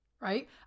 right